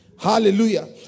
Hallelujah